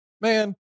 man